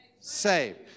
saved